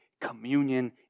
Communion